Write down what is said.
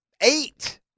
eight